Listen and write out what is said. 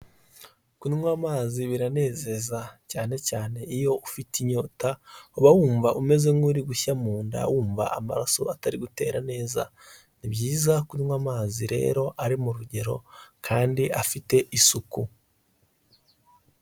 Kunywa amazi biranezeza cyane cyane iyo ufite inyota uba wumva umeze nk'uri gushya munda, wumva amaraso atari gutera neza ni byiza kunywa amazi rero ari mu rugero kandi afite isuku.